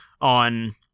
on